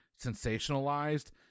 sensationalized